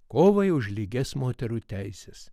kovai už lygias moterų teises